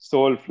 Soul